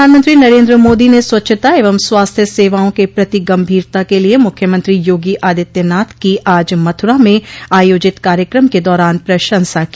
प्रधानमंत्री नरेन्द्र मोदी ने स्वच्छता एवं स्वास्थ्य सेवाओं के प्रति गंभीरता के लिए मुख्यमंत्री योगी आदित्यनाथ की आज मथुरा में आयोजित कार्यकम के दौरान प्रशंसा की